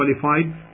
qualified